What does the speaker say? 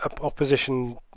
opposition